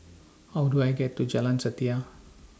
How Do I get to Jalan Setia